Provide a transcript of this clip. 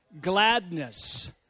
gladness